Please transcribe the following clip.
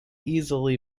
easily